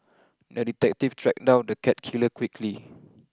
the detective tracked down the cat killer quickly